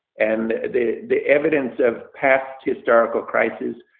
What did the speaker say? and the the evidence of past historical crises,